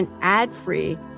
ad-free